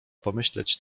pomyśleć